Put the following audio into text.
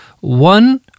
one